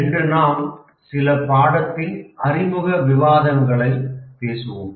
இன்று நாம் சில பாடத்தின் அறிமுக விவாதங்களைக் பேசுவோம்